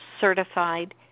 certified